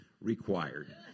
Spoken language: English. required